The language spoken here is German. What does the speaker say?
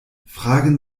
fragen